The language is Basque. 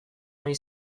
ari